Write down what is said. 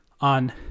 on